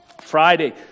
Friday